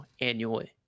annually